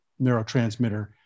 neurotransmitter